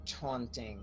taunting